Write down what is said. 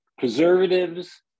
Preservatives